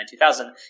2000